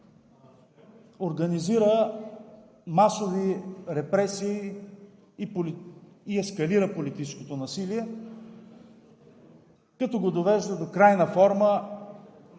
организира масови репресии и ескалира политическото насилие, като го довежда до крайна форма